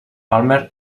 palmer